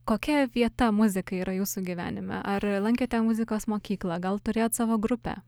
kokia vieta muzikai yra jūsų gyvenime ar lankėte muzikos mokyklą gal turėjot savo grupę